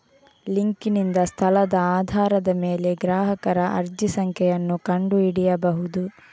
ಲಿಂಕಿನಿಂದ ಸ್ಥಳದ ಆಧಾರದ ಮೇಲೆ ಗ್ರಾಹಕರ ಅರ್ಜಿ ಸಂಖ್ಯೆಯನ್ನು ಕಂಡು ಹಿಡಿಯಬಹುದು